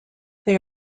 they